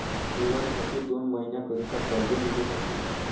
दिवाळीसाठी दोन महिन्याकरिता कर्ज मिळू शकते का?